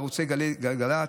בערוץ גלגלצ,